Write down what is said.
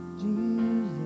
Jesus